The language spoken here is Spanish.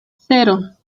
cero